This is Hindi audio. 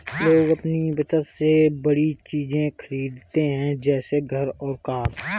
लोग अपनी बचत से बड़ी चीज़े खरीदते है जैसे घर और कार